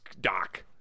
Doc